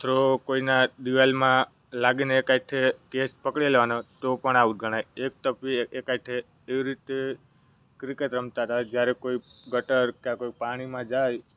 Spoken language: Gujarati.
થ્રો કોઈના દીવાલમાં લાગીને એક હાથે કેચ પકડી લેવાનો તો પણ આઉટ ગણાય એક ટપ્પી એક હાથે એવી રીતે ક્રિકેટ રમતા તા જ્યારે કોઈ ગટર કાં કોઈ પાણીમાં જાય